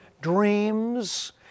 dreams